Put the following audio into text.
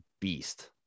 beast